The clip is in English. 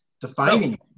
defining